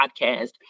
podcast